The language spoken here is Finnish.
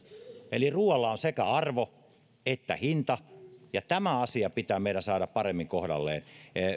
eli ruualla on sekä arvo että hinta ja tämä asia pitää meidän saada paremmin kohdalleen